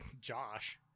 Josh